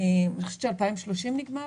אני חושבת שב-2030 נגמר